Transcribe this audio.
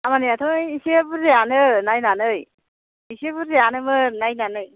खामानियाथ' एसे बुरजायानो नायनानै एसे बुरजायानोमोन नायनानै